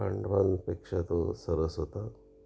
पांडवांपेक्षा तो सरस होता